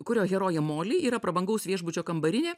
kurio herojė moli yra prabangaus viešbučio kambarinė